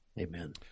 Amen